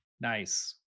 Nice